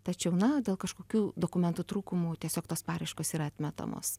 tačiau na dėl kažkokių dokumentų trūkumų tiesiog tos paraiškos yra atmetamos